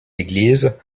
église